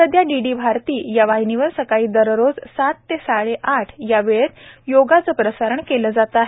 सध्या डीडी भारती या वाहिनीवर सकाळी दररोज सात ते साडे आठ या वेळेत योगाच प्रसारण केलं जात आहे